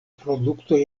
produktoj